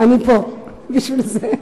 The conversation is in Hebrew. אני פה בשביל זה.